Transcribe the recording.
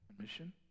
mission